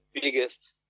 biggest